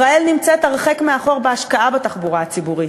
ישראל נמצאת הרחק מאחור בהשקעה בתחבורה הציבורית.